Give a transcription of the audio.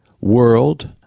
world